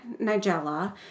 Nigella